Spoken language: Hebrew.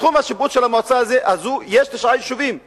בתחום השיפוט של המועצה הזו יש תשעה יישובים יהודיים,